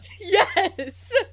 Yes